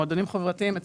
מועדונים חברתיים,